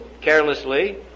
carelessly